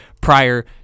prior